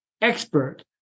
expert